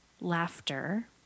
laughter